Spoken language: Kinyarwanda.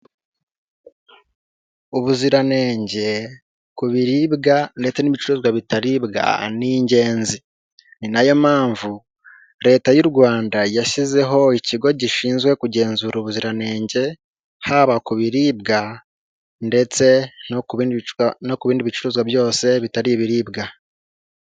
Ubuziranenge ku biribwa ndetse n'ibicuruzwa bitaribwa ni ingenzi ni nayo mpamvu leta y'u Rwanda yashyizeho ikigo gishinzwe kugenzura ubuziranenge haba ku biribwa ndetse no ku bindi bicuruzwa byose bitari ibiribwa.